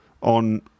on